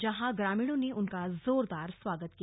जंहा ग्रामीणों ने उनका जोरदार स्वागत किया